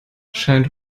scheint